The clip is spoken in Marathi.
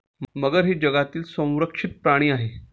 मगर ही जगातील संरक्षित प्राणी आहे